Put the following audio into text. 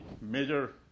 major